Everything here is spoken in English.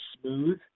smooth